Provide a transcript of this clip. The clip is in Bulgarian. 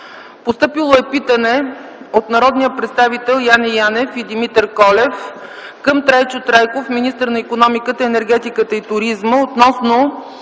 2010 г.: Питане от народния представител Яне Янев и Димитър Колев към Трайчо Трайков – министър на икономиката, енергетиката и туризма, относно